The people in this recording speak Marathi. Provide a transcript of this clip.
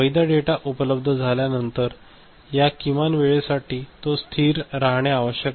वैध डेटा उपलब्ध झाल्यानंतर या किमान वेळेसाठी तो स्थिर राहणे आवश्यक आहे